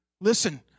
Listen